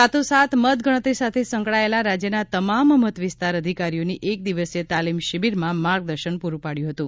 સાથો સાથ મતગણતરી સાથે સંકળાયેલા રાજ્યના તમામ મતવિસ્તાર અધિકારીઓની એક દિવસીય તાલીમ શિબિરમાં માર્ગદર્શન પૂરું પાડ્યું હતું